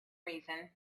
reason